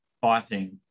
fighting